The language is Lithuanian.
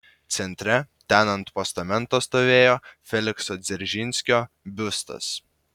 centre ten ant postamento stovėjo felikso dzeržinskio biustas